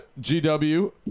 GW